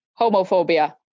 homophobia